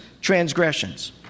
transgressions